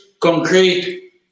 concrete